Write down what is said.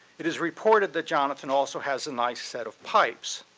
it is reported that johnson also has a nice set of pipes,